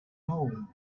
lawn